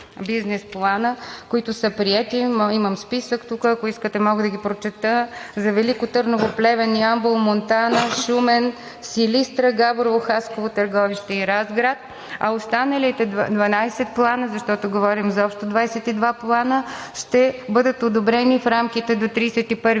които са приети. Имам списък – ако искате, мога да ги прочета: за Велико Търново, Плевен, Ямбол, Монтана, Шумен, Силистра, Габрово, Хасково, Търговище и Разград, а останалите 12 плана, защото говорим за общо 22 плана, ще бъдат одобрени в рамките до 31 август